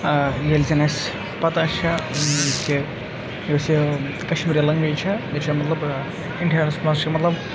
ییٚلہِ زَن اَسہِ پَتہ چھےٚ کہ یوٚس یہِ کَشمیٖری لَنٛگویج چھےٚ یہِ چھےٚ مطلب اِنڈیاہَس منٛز چھِ مطلب